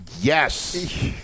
yes